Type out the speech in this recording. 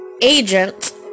agent